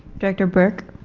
director burke